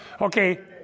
Okay